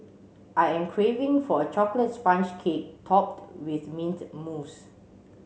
I am craving for a chocolate sponge cake topped with mint mousse